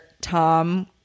Tom